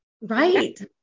Right